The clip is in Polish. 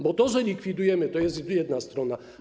Bo to, że likwidujemy, to jest jedna strona.